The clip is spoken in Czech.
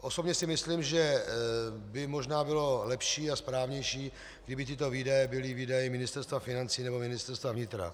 Osobně si myslím, že by možná bylo lepší a správnější, kdyby tyto výdaje byly výdaji Ministerstva financí nebo Ministerstva vnitra.